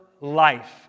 life